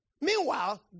Meanwhile